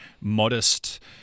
modest